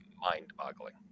mind-boggling